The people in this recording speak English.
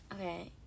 Okay